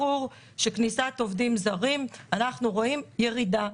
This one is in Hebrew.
ברור שבכניסת עובדים זרים אנחנו רואים ירידה,